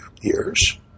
years